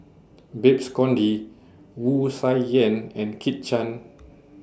Babes Conde Wu Tsai Yen and Kit Chan